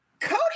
Cody